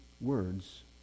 words